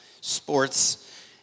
sports